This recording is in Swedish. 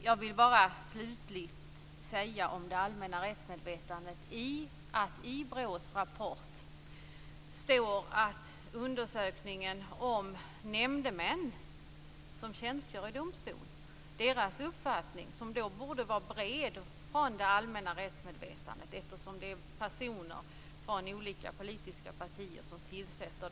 Jag vill slutligen om det allmänna rättsmedvetandet bara säga att det i BRÅ:s rapport står att man undersökt uppfattningen bland nämndemän som tjänstgör i domstol. De borde utgöra en bred bas för det allmänna rättsmedvetandet, eftersom de är tillsatta av olika politiska partier.